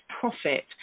profit